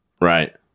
Right